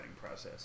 process